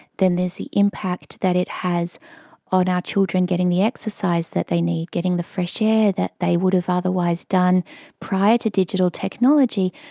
then there's the impact that it has on our children getting the exercise that they need, getting the fresh air that they would have otherwise done prior to digital technology,